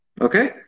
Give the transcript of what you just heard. Okay